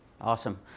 Awesome